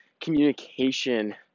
communication